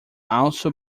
also